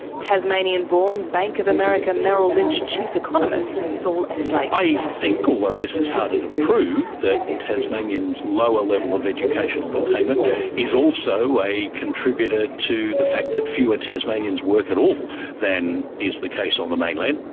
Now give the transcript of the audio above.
tasmanian-born bank of america merrill lynch chief economist, saul eslake. i think, although this is harder to prove, that tasmanians' lower level of educational attainment is also a contributor to the fact that fewer tasmanians work at all than is the case on the mainland.